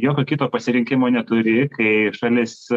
jokio kito pasirinkimo neturi kai šalis